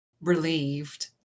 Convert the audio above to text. relieved